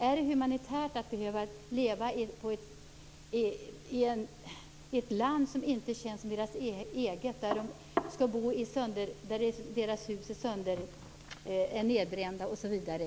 Är det humanitärt att de skall behöva leva i ett land som inte känns som deras eget, där deras hus är nedbrända, osv.?